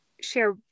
share